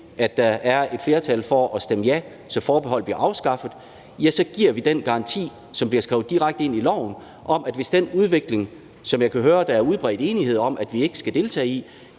at der er et flertal for, at forbeholdet bliver afskaffet, så giver vi den garanti, som bliver skrevet direkte ind i loven, at hvis der sker den udvikling, som jeg kan høre at der er udbredt enighed om at vi ikke skal være en